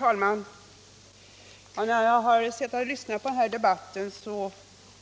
Herr talman! När jag suttit och lyssnat på debatten